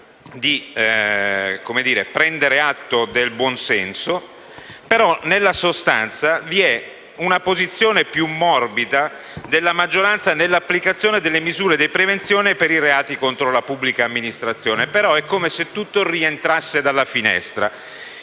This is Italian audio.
di prendere atto del buonsenso, però nella sostanza nella maggioranza vi è una posizione più morbida nell'applicazione delle misure di prevenzione per i reati contro la pubblica amministrazione, ma è come se tutto rientrasse dalla finestra.